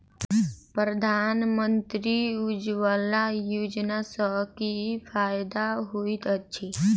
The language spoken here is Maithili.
प्रधानमंत्री उज्जवला योजना सँ की फायदा होइत अछि?